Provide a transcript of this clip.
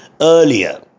earlier